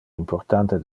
importante